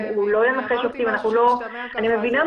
אם אמרתי משהו שמשתמע כך אז אני לחלוטין לא התכוונתי.